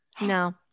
No